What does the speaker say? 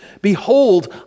behold